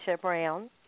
Brown